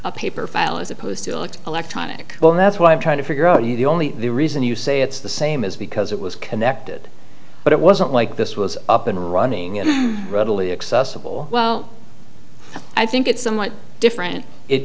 a paper file as opposed to looked electronic well that's what i'm trying to figure out to you the only reason you say it's the same is because it was connected but it wasn't like this was up and running it readily accessible well i think it's somewhat different if